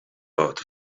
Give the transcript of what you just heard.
odd